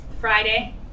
Friday